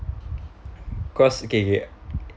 cause okay okay